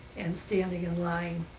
and standing in line